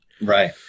Right